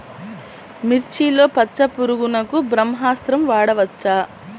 మిర్చిలో పచ్చ పురుగునకు బ్రహ్మాస్త్రం వాడవచ్చా?